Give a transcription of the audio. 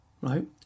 right